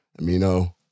Amino